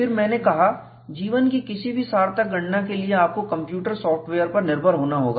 फिर मैंने कहा जीवन की किसी भी सार्थक गणना के लिए आपको कंप्यूटर सॉफ्टवेयर पर निर्भर होना होगा